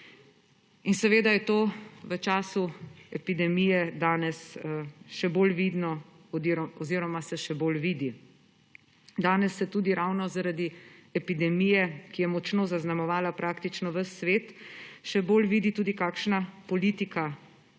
In seveda je to v času epidemije danes še bolj vidno oziroma se še bolj vidi. Danes se tudi ravno zaradi epidemije, ki je močno zaznamovala praktično ves svet, še bolj vidi tudi, kakšna politika